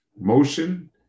motion